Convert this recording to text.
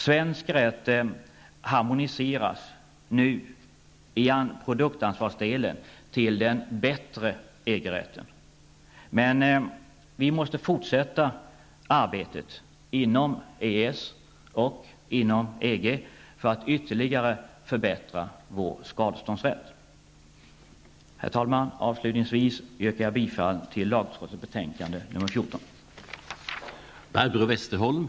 Svens rätt harmoniseras nu i produktansvarsdelen till den bättre EG-rätten. Men vi måste fortsätta arbetet inom EES och inom EG för att ytterligare förbättra vår skadeståndsrätt. Herr talman! Jag yrkar bifall till lagutskottets hemställan i dess betänkande nr 14.